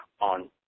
on